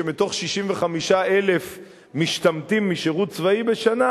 שמתוך 65,000 משתמטים משירות צבאי בשנה,